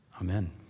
amen